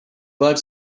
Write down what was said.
but